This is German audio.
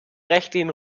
rechtlichen